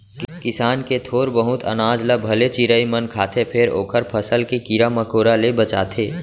किसान के थोर बहुत अनाज ल भले चिरई मन खाथे फेर ओखर फसल के कीरा मकोरा ले बचाथे